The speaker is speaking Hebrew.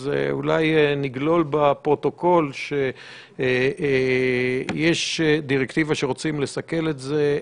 אז אולי נגלול בפרוטוקול שיש דירקטיבה שרוצים לסכל את זה.